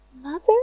Mother